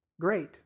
Great